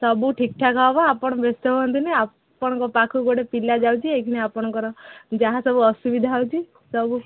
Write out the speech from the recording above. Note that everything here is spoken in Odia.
ସବୁ ଠିକ ଠାକ ହେବ ଆପଣ ବ୍ୟସ୍ତ ହୁଅନ୍ତୁନି ଆପଣଙ୍କ ପାଖକୁ ଗୋଟେ ପିଲା ଯାଉଛି ଏଇକ୍ଷଣି ଆପଣଙ୍କର ଯାହା ସବୁ ଅସୁବିଧା ହେଉଛି ସବୁ